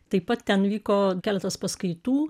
taip pat ten vyko keletas paskaitų